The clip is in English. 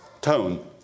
Tone